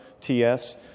TS